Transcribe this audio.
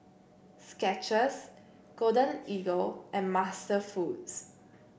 Skechers Golden Eagle and MasterFoods